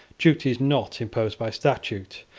duties not imposed by statute,